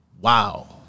wow